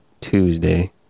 Tuesday